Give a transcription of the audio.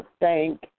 thank